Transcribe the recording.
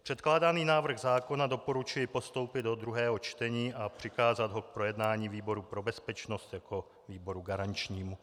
Předkládaný návrh zákona doporučuji postoupit do druhého čtení a přikázat ho k projednání výboru pro bezpečnost jako výboru garančnímu.